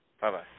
Bye-bye